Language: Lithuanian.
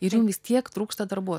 ir jum vis tiek trūksta darbuo